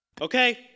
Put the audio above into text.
Okay